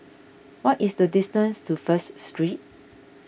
what is the distance to First Street